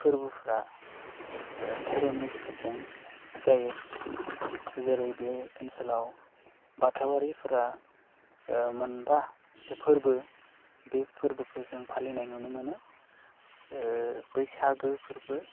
फोरबोफ्रा दोहोरोमनि गेजेरजों जायो जेरै बे ओनसोलाव बाथाबारिफ्रा मोनबा फोरबो बे फोरबोखौ जों फालिनाय नुनो मोनो बैसागो फोरबो